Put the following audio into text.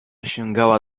sięgała